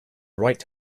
right